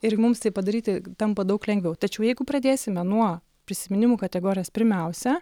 ir mums tai padaryti tampa daug lengviau tačiau jeigu pradėsime nuo prisiminimų kategorijos pirmiausia